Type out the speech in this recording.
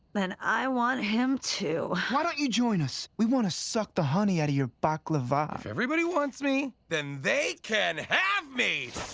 then i want him too. don't you join us? we want to suck the honey out of your baklava. if everybody wants me, then they can have me!